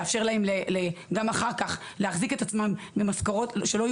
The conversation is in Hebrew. לאפשר להם גם אחר כך להחזיק את עצמם ממשכורות שלא יהיו